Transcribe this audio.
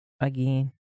again